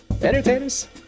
entertainers